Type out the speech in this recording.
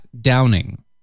Downing